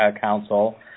Council